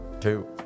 two